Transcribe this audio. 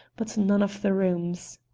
but none of the rooms.